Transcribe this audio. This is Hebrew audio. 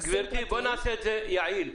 בואי נעשה את זה יעיל.